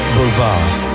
Boulevard